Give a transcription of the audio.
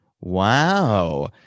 Wow